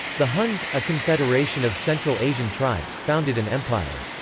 the huns, a confederation of central asian tribes, founded an empire.